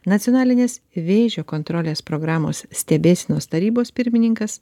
nacionalinės vėžio kontrolės programos stebėsenos tarybos pirmininkas